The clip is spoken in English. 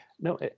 no